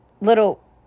Little